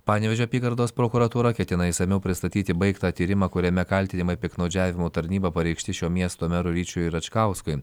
panevėžio apygardos prokuratūra ketina išsamiau pristatyti baigtą tyrimą kuriame kaltinimai piktnaudžiavimu tarnyba pareikšti šio miesto merui ryčiui račkauskui